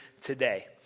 today